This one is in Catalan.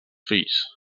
fills